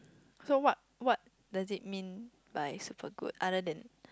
so what what does it mean by super good other than